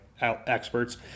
experts